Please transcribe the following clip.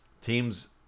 teams